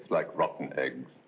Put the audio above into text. it's like rotten eggs